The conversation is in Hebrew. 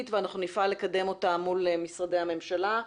ואנחנו נפעל לקדם אותה מול משרדי הממשלה.